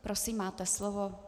Prosím, máte slovo.